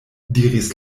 diris